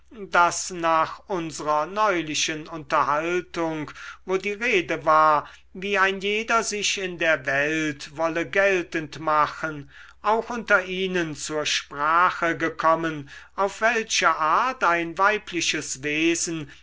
daß nach unsrer neulichen unterhaltung wo die rede war wie ein jeder sich in der welt wolle geltend machen auch unter ihnen zur sprache gekommen auf welche art ein weibliches wesen